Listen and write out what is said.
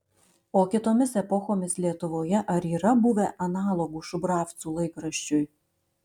o kitomis epochomis lietuvoje ar yra buvę analogų šubravcų laikraščiui